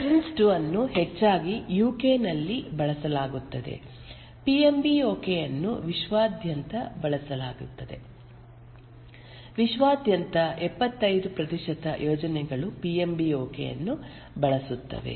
PRINCE2 ಅನ್ನು ಹೆಚ್ಚಾಗಿ UK ನಲ್ಲಿ ಬಳಸಲಾಗುತ್ತದೆ ಪಿಎಂ ಬಿ ಓಕೆ ಅನ್ನು ವಿಶ್ವಾದ್ಯಂತ ಬಳಸಲಾಗುತ್ತದೆ ವಿಶ್ವಾದ್ಯಂತ 75 ಪ್ರತಿಶತ ಯೋಜನೆಗಳು ಪಿಎಂ ಬಿ ಓಕೆ ಅನ್ನು ಬಳಸುತ್ತವೆ